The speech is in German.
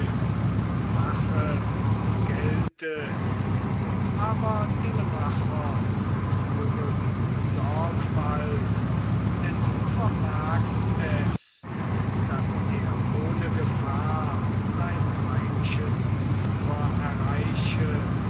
rache vergelte aber telemachos führe mit sorgfalt denn du vermagst es daß er ohne gefahr sein heimisches ufer erreiche